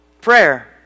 Prayer